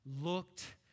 looked